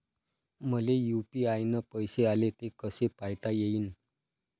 मले यू.पी.आय न पैसे आले, ते कसे पायता येईन?